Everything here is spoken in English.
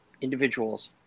individuals